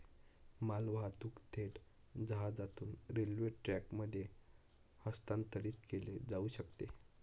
मालवाहतूक थेट जहाजातून रेल्वे ट्रकमध्ये हस्तांतरित केली जाऊ शकते